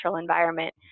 environment